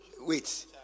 wait